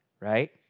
right